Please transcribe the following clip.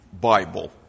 Bible